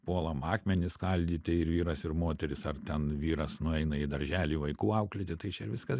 puolam akmenis skaldyti ir vyras ir moteris ar ten vyras nueina į darželį vaikų auklėti tai čia viskas viskas